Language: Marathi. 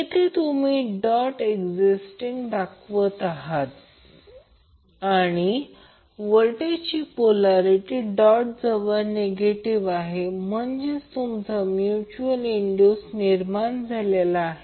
येथे तुम्ही डॉट एक्ज़िस्टिंग दाखवत आहात आणि व्होल्टेजची पोल्यारीटी डॉट जवळ नेगिटिव्ह आहे म्हणजेच तुमचा म्यूच्यूअल इन्डूस निर्माण झालेला आहे